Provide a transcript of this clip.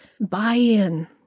buy-in